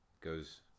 goes